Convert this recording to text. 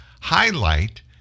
highlight